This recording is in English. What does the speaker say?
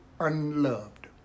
unloved